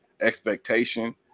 expectation